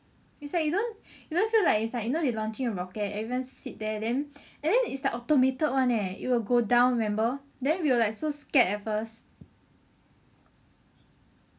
it's like you don't you don't feel like it's like you know they launching a rocket everyone sit there then and then it's like automated one leh it will go down remember then we were like so scared at first